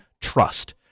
trust